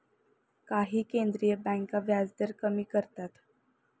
काही केंद्रीय बँका व्याजदर कमी करतात